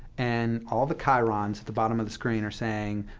and all the chyrons at the bottom of the screen are saying,